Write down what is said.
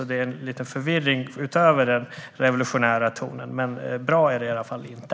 Det är en liten förvirring utöver den revolutionära tonen, men bra är det i varje fall inte.